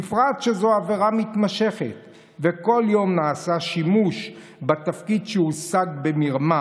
בפרט שזו עבירה מתמשכת וכל יום נעשה שימוש בתפקיד שהושג במרמה